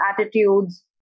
attitudes